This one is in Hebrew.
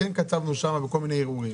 כן קצבנו מועד לכל מיני אירועים.